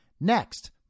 Next